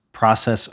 process